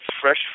fresh